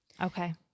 Okay